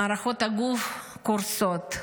מערכות הגוף קורסות.